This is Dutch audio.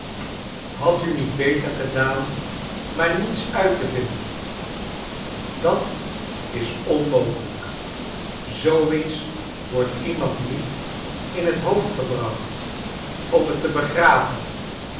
hadt u niet beter gedaan maar niets uit te vinden dat is onmogelijk zoo iets wordt iemand niet in het hoofd gebracht om het te begraven